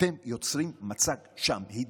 אתם יוצרים מצג שווא.